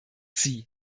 sie